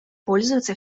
пользуется